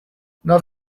not